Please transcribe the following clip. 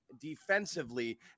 defensively